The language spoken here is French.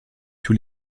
tous